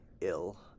ill